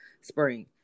spring